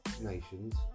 nations